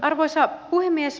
arvoisa puhemies